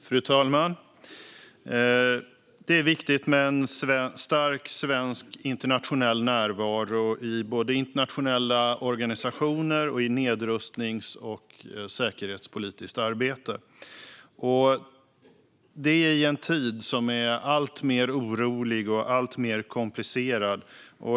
Fru talman! Det är viktigt med en stark svensk internationell närvaro i både internationella organisationer och nedrustnings och säkerhetspolitiskt arbete, detta i en tid som blir alltmer orolig och alltmer komplicerad.